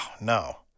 no